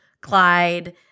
Clyde